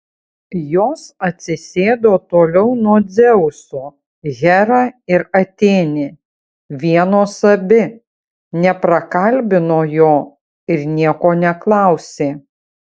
jos atsisėdo toliau nuo dzeuso hera ir atėnė vienos abi neprakalbino jo ir nieko neklausė